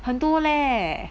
很多 leh